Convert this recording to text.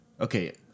okay